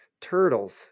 turtles